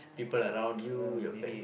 people around you your pa~